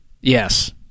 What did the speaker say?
Yes